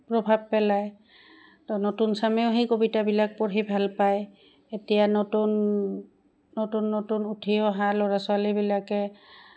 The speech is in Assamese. প্ৰভাৱ পেলায় নতুন চামেও সেই কবিতাবিলাক পঢ়ি ভাল পায় এতিয়া নতুন নতুন নতুন উঠি অহা ল'ৰা ছোৱালীবিলাকে